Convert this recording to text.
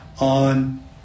on